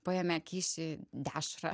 paėmė kyšį dešrą